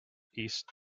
east